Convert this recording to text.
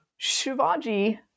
Shivaji